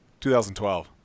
2012